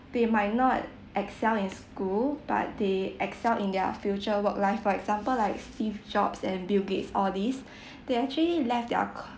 they might not excel in school but they excel in their future work life for example like Steve Jobs and Bill Gates all these they actually left their c~